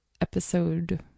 episode